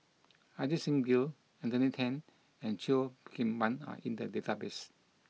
Ajit Singh Gill Anthony Then and Cheo Kim Ban are in the database